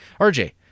RJ